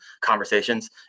conversations